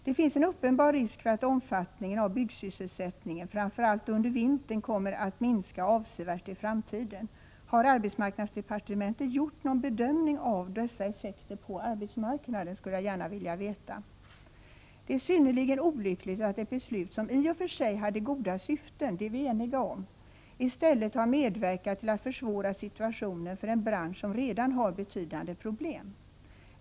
Det finns en uppenbar risk för att omfattningen av byggsysselsättningen, framför allt under vintern, kommer att minska avsevärt i framtiden. Jag skulle vilja veta om arbetsmarknadsdepartementet har gjort någon bedömning av dessa effekter på arbetsmarknaden. Det är synnerligen olyckligt att ett beslut som i och för sig hade goda syften —det är vi eniga om —i stället har medverkat till att försvåra situationen för en bransch som redan har betydande problem.